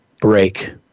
break